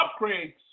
upgrades